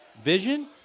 Vision